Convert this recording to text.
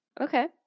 Okay